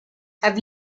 have